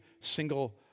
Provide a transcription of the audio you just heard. single